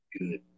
good